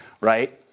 right